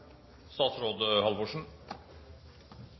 statsråd